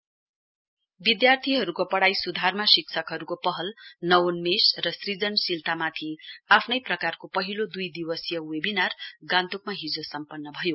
education webinar विद्यार्थीहरुको पढ़ाई सुधारना शिक्षकहरुको पहल नवोन्मेष र सृजनाशीलतामाथि आफ्नै प्रकारको पहिलो दुई दिवसीय वेबिनार गान्तोकमा हिजो सम्पन्न भयो